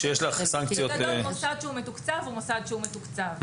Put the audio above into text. בגדול כל מוסד שמתוקצב הוא מוסד מתוקצב.